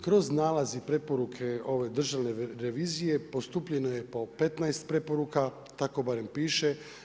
Kroz nalaz i preporuke ove Državne revizije, postupljeno je po 15 preporuka, tako barem piše.